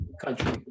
country